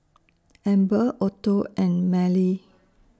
Amber Otto and Marely